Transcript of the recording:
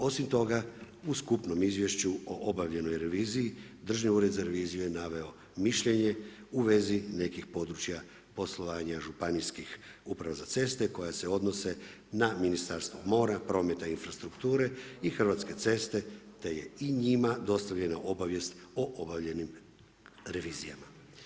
Osim toga u skupnom izvješću o obavljenoj reviziji Državni ured za reviziju je naveo mišljenje u vezi nekih područja poslovanja Županijskih uprava za ceste koja se odnose na Ministarstvo mora, prometa i infrastrukture i Hrvatske ceste, te je i njima dostavljena obavijest o obavljenim revizijama.